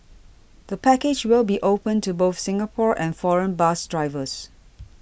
the package will be open to both Singapore and foreign bus strives